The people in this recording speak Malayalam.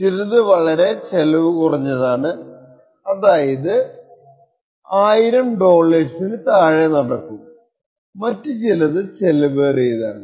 ചിലതു വളരെ ചിലവുകുറഞ്ഞത് ആണ് അതായത് 1000 ഡോളേഴ്സിന് താഴെ നടക്കും മറ്റു ചിലത് ചെലവേറിയതാണ്